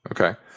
Okay